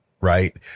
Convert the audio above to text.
Right